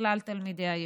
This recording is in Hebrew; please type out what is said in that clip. לכלל תלמידי היישוב.